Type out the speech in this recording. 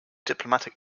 diplomatic